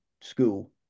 school